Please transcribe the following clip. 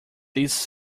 this